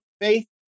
faith